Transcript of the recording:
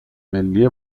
ملی